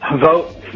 Vote